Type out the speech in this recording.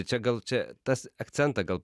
čia gal čia tas akcentą gal